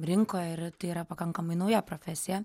rinkoj ir tai yra pakankamai nauja profesija